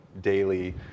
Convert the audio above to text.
daily